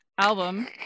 album